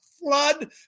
flood